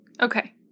Okay